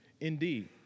indeed